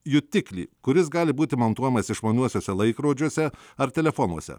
jutiklį kuris gali būti montuojamas išmaniuosiuose laikrodžiuose ar telefonuose